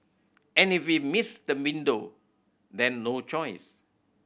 and if we miss the window then no choice